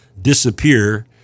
disappear